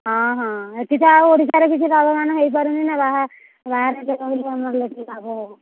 ହଁ ହଁ ଏଠି ତ ଆଉ ଓଡ଼ିଶାରେ କିଛି ଲାଭବାନ୍ ହେଇପାରୁନି ନା ବାହାରେ କେ କହିଲେ ଆମର କିଛି ଲାଭବାନ୍ ହେବ